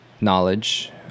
knowledge